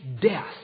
death